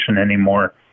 anymore